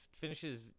finishes